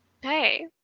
hey